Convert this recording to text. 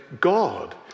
God